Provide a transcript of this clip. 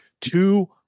two